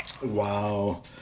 Wow